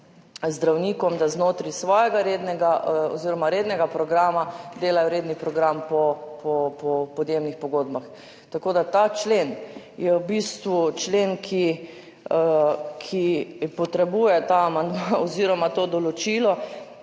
zdravnikom, da znotraj svojega rednega oziroma rednega programa delajo redni program po podjemnih pogodbah. Tako da ta člen je v bistvu člen, ki potrebuje ta amandma oziroma to določilo,